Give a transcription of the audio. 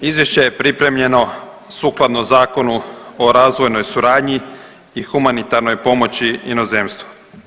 Izvješće je pripremljeno sukladno Zakonu o razvojnoj suradnji i humanitarnoj pomoći inozemstvu.